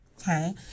Okay